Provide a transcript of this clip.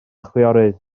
chwiorydd